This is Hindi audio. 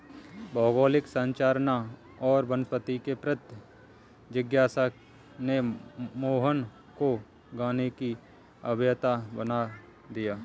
भौगोलिक संरचना और वनस्पति के प्रति जिज्ञासा ने मोहन को गाने की अभियंता बना दिया